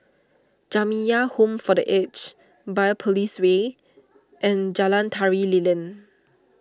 Jamiyah Home for the Aged Biopolis Way and Jalan Tari Lilin